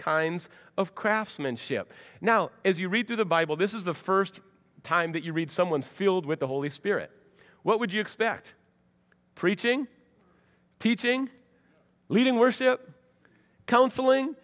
kinds of craftsmanship now as you read through the bible this is the first time that you read someone's filled with the holy spirit what would you expect preaching teaching leading worship counseling